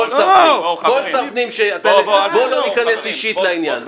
כל שר פנים, בואו לא ניכנס אישית לעניין.